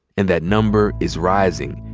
and that number is rising.